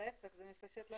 להיפך, זה מפשט לנו.